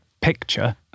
picture